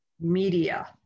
Media